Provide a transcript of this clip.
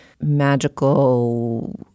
magical